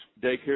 daycare